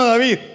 David